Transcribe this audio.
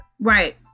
Right